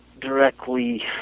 directly